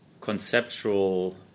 conceptual